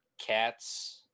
cats